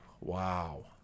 wow